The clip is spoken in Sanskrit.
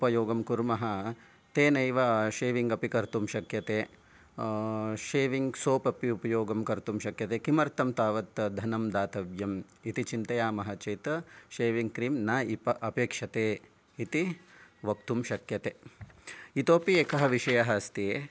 उपयोगं कुर्मः तेनैव षेविङ्ग् अपि कर्तुं शक्यते षेविङ्ग् सोप् अपि उपयोगं कर्तुं शक्यते किमर्थं तावत् धनं दातव्यम् इति चिन्तयामः चेत् षेविङ्ग् क्रीम् न ईप अपेक्षते इति वक्तुं शक्यते इतोऽपि एकः विषयः अस्ति